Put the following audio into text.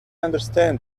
understand